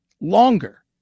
longer